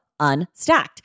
Unstacked